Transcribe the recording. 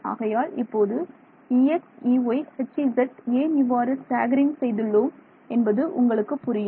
ஆகையால் இப்போது Ex EyHz ஏன் இவ்வாறு ஸ்டாக்கரிங் செய்துள்ளோம் என்பது உங்களுக்கு புரியும்